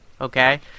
Okay